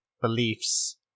beliefs